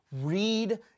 read